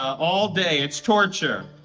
all day it's torture.